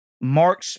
Mark